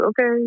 Okay